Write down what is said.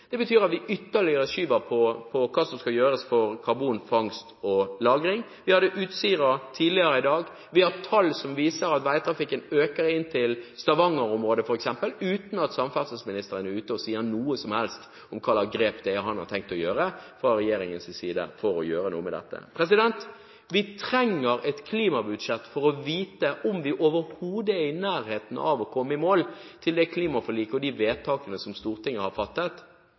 Det betyr at vi ytterligere skyver på hva som skal gjøres når det gjelder karbonfangst og -lagring. Vi behandlet Utsira tidligere i dag. Vi har tall som viser at veitrafikken øker inn til f.eks. Stavanger-området, uten at samferdselsministeren er ute og sier noe som helst om hvilke grep han har tenkt å gjøre fra regjeringens side for å gjøre noe med dette. Vi trenger et klimabudsjett for å vite om vi overhodet er i nærheten av å komme i mål med det klimaforliket og de vedtakene som Stortinget har fattet.